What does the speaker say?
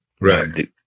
right